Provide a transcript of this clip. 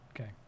Okay